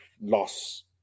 loss